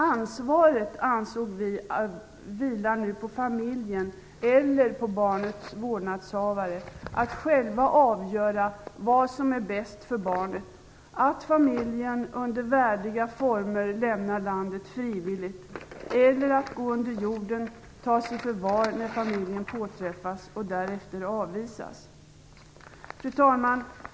Ansvaret, ansåg vi, vilar nu på familjen eller på barnets vårdnadshavare att själv avgöra vad som är bäst för barnet - att familjen under värdiga former lämnar landet frivilligt eller att familjen går under jorden, tas i förvar när familjen påträffas och därefter avvisas. Fru talman!